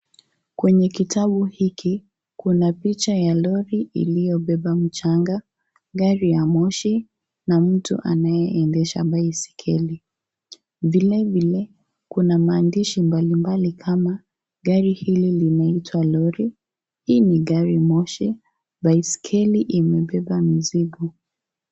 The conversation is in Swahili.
Kwenye kitabu hiki kuna picha ya lori iliobeba mchanga, gari ya moshi, na mtu anayeendesha baiskeli, vile vile kuna maandishi mbalimbali kama, gari hili linaitwa lori, hii ni garimoshi, baiskeli imebeba mizigo.